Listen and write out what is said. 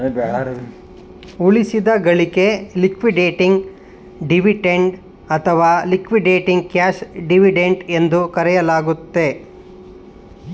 ಉಳಿಸಿದ ಗಳಿಕೆ liquidating dividend ಅಥವಾ ಲಿಕ್ವಿಡೇಟಿಂಗ್ ಕ್ಯಾಶ್ ಡಿವಿಡೆಂಡ್ ಎಂದು ಕರೆಯಲಾಗುತ್ತೆ